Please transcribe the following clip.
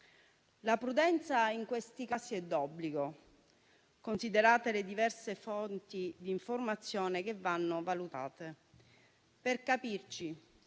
La prudenza in questi casi è d'obbligo, considerate le diverse fonti d'informazione, che vanno valutate. Per capirci,